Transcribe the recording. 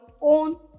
own